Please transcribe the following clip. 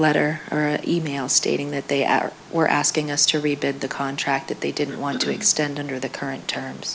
letter or email stating that they are or asking us to rebid the contract if they didn't want to extend under the current terms